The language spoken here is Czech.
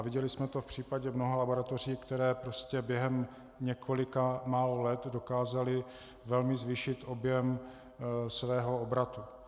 Viděli jsme to v případě mnoha laboratoří, které prostě během několika málo let dokázaly velmi zvýšit objem svého obratu.